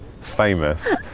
famous